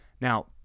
Now